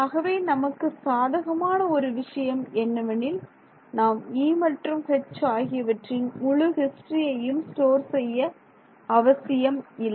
ஆகவே நமக்கு சாதகமான ஒரு விஷயம் என்னவெனில் நாம் E மற்றும் H ஆகியவற்றின் முழு ஹிஸ்டரியையும் ஸ்டோர் செய்ய அவசியம் இல்லை